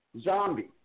Zombie